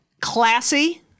Classy